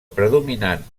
predominant